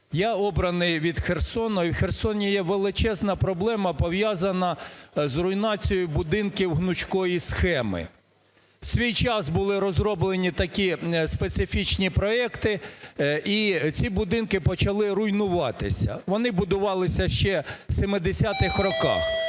Я обраний від Херсона, і в Херсоні є величезна проблема, пов'язана з руйнацією будинків гнучкої схеми. В свій час були розроблені такі специфічні проекти, і ці будинки почали руйнуватися. Вони будувалися ще в 70-х роках.